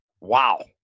Wow